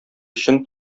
өчен